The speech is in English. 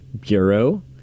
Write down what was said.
Bureau